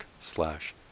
slash